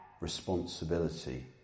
responsibility